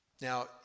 Now